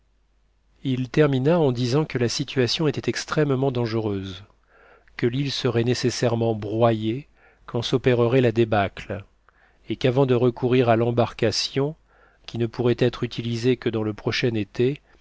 il termina en disant que la situation était extrêmement dangereuse que l'île serait nécessairement broyée quand s'opérerait la débâcle et qu'avant de recourir à l'embarcation qui ne pourrait être utilisée que dans le prochain été